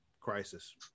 crisis